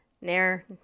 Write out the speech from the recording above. Nair